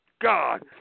God